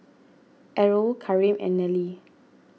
Errol Kareem and Nellie